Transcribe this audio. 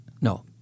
no